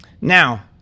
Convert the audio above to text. Now